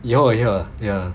以后 ah ya